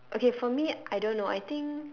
okay for me I don't know I think